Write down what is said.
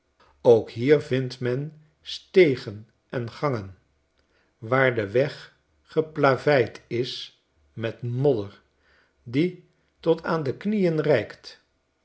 ook hier vindt men stegen en gangen waar de weg geplaveid is met modder die tot aan de knieen reikt